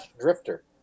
Drifter